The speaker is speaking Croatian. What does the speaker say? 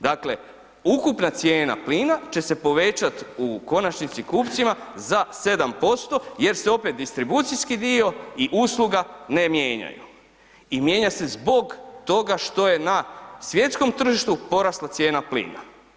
Dakle, ukupna cijena plina će se povećat u konačnici za 7% jer se opet distribucijski dio i usluga ne mijenjaju i mijenja se zbog toga što je na svjetskom tržištu porasla cijena plina.